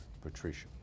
Patricia